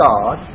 God